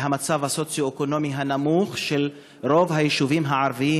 והמצב הסוציו-אקונומי הנמוך של רוב היישובים הערביים.